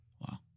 Wow